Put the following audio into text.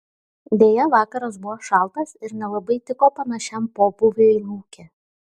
deja vakaras buvo šaltas ir nelabai tiko panašiam pobūviui lauke